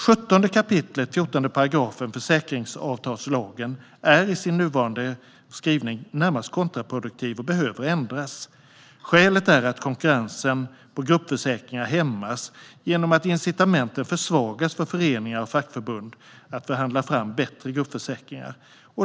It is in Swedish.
17 kap. 14 § försäkringsavtalslagen är i sin nuvarande skrivning närmast kontraproduktiv och behöver ändras. Skälet är att konkurrensen på gruppförsäkringar hämmas genom att incitamenten försvagas för föreningar och fackförbund att förhandla fram bättre gruppförsäkringar.